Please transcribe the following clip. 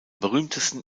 berühmtesten